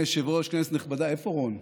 היושב-ראש, כנסת נכבדה, איפה רון?